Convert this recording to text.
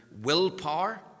willpower